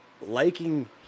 liking